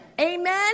Amen